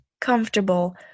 comfortable